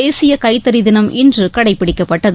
தேசிய கைத்தறி தினம் இன்று கடைப்பிடிக்கப்பட்டது